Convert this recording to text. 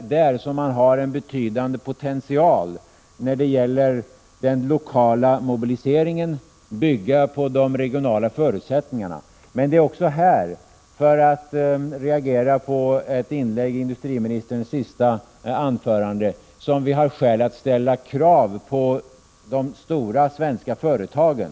där finns en betydande potential när det gäller regional mobilisering och möjligheter att bygga på de regionala förutsättningarna. Men det är också där — det vill jag säga som en reaktion på ett inlägg i industriministerns senaste anförande — som vi har skäl att ställa krav på de stora svenska företagen. Jag tror, attom Prot.